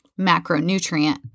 macronutrient